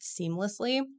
seamlessly